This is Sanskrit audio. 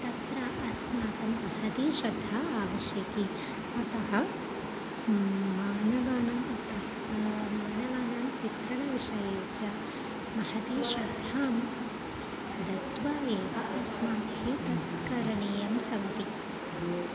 तत्र अस्माकं महती श्रद्धा आवश्यकी अतः मानवानाम् उत मानवानां चित्रणविषये च महती श्रद्धां दत्वा एव अस्माभिः तत् करणीयं भवति